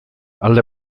alde